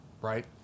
right